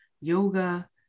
yoga